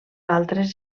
altres